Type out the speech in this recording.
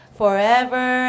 forever